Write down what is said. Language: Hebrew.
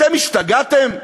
אתם השתגעתם,